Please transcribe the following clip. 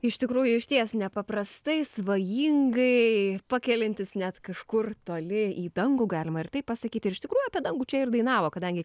iš tikrųjų išties nepaprastai svajingai pakeliantis net kažkur toli į dangų galima ir taip pasakyti ir iš tikrųjų apie dangų čia ir dainavo kadangi